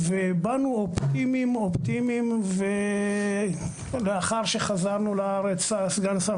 באנו אופטימיים ולאחר שחזרנו לארץ סגן שר